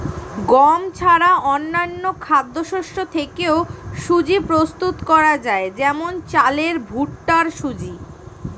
গম ছাড়া অন্যান্য খাদ্যশস্য থেকেও সুজি প্রস্তুত করা যায় যেমন চালের ভুট্টার সুজি